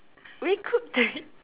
we cook the